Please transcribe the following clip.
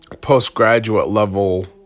postgraduate-level